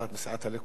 בסיעת הליכוד,